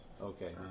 Okay